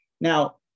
now